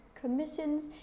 commissions